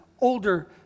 older